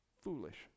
foolish